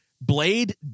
blade